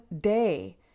day